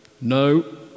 no